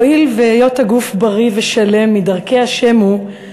הואיל והיות הגוף בריא ושלם מדרכי השם הוא,